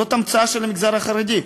זאת המצאה של המגזר החרדי.